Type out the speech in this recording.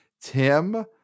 Tim